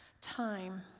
time